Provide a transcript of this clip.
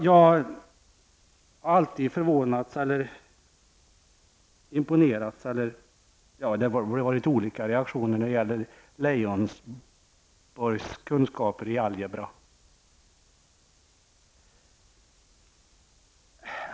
Jag har alltid förvånats eller imponerats, det har varit lite olika reaktioner, när det gäller Leijonborgs kunskaper i algebra.